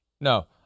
No